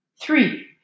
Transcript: Three